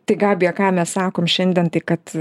tai gabija ką mes sakom šiandien tai kad